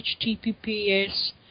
HTTPS